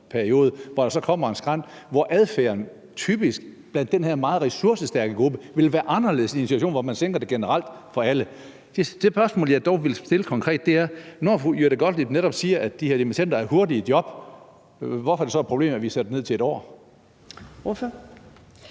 hvor der så kommer en skrænt, hvor adfærden typisk blandt den her meget ressourcestærke gruppe ville være anderledes i en situation, hvor man sænker det generelt for alle. Det spørgsmål, jeg dog ville stille konkret, er: Når fru Jette Gottlieb netop siger, at de her dimittender er hurtigt i job, hvorfor er det så et problem, at vi sætter det ned til 1 år? Kl.